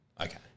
Okay